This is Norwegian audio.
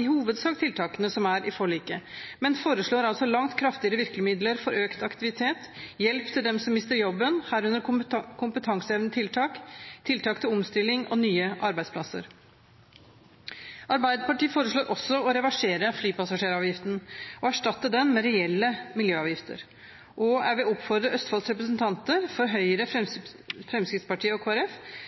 i hovedsak tiltakene som er i forliket, men foreslår altså langt kraftigere virkemidler for økt aktivitet, hjelp til dem som mister jobben, herunder kompetansehevende tiltak, tiltak til omstilling og nye arbeidsplasser. Arbeiderpartiet foreslår også å reversere flypassasjeravgiften og erstatte den med reelle miljøavgifter. Jeg vil oppfordre Østfolds representanter fra Høyre, Fremskrittspartiet og